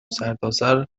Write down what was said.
سرتاسربدن